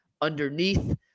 underneath